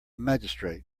magistrate